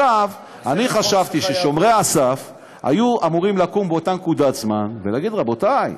אני חשבתי ששומרי הסף היו אמורים לקום באותה נקודת זמן ולהגיד: רבותי,